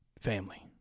Family